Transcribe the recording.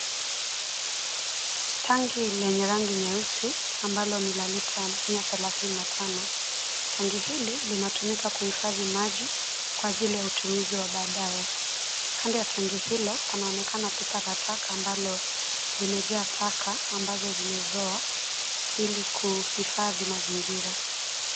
Tangi lenye rangi nyeusi ambalo ni la lita mia thelathini na tano. Tangi hili linatumika kuhufadhi maji kwa ajili ya utumizi wa badae. Kando ya tangi hilo panaonekana pipa la taka ambalo limejaa taka ambazo zimezoa ili kuhifadhi mazingira.